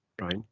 right